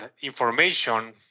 information